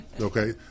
okay